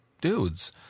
dudes